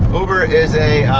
uber is a,